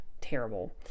terrible